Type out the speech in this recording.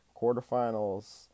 quarterfinals